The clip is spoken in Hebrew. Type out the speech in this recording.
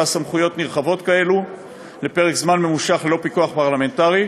סמכויות נרחבות כאלה לפרק זמן ממושך ללא פיקוח פרלמנטרי.